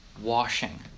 washing